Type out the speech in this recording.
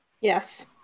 Yes